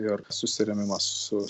ir susirėmimas su